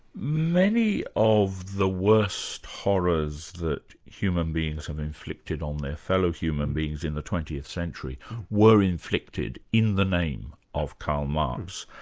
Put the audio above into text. many of the worst horrors that human beings have inflicted on their fellow human beings in the twentieth century were inflicted in the name of karl marx.